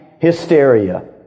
hysteria